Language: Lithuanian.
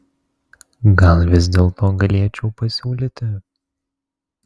gal vis dėlto galėčiau pasiūlyti